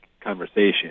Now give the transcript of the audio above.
conversation